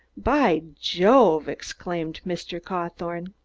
by jove! exclaimed mr. cawthorne.